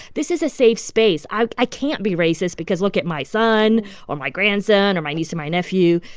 this is a safe space. i can't be racist because look at my son or my grandson or my niece or my nephew.